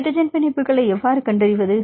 hydrogen பிணைப்புகளை எவ்வாறு கண்டறிவது